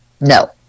no